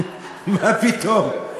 מה פתאום?